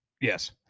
yes